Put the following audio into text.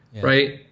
right